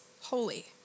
holy